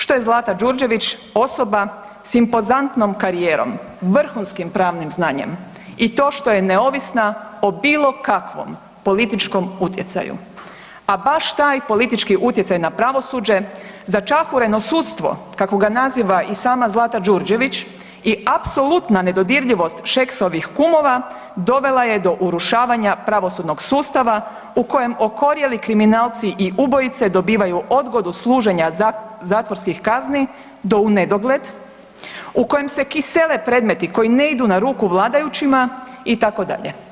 Što je Zlata Đurđević osoba s impozantnom karijerom, vrhunskim pravnim znanjem i to što je neovisna o bilo kakvom političkom utjecaju, a baš taj politički utjecaj na pravosuđe začahureno sudstvo, kako ga naziva i sama Zlata Đurđević, i apsolutna nedodirljivost Šeksovih kumova dovela je do urušavanja pravosudnog sustava u kojem okorjeli kriminalci i ubojice dobivaju odgodu služenja zatvorskih kazni, do unedogled, u kojem se kisele predmeti koji ne idu na ruku vladajućima itd.